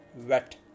wet